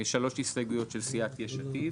יש 3 הסתייגויות של סיעת יש עתיד.